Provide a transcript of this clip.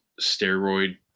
steroid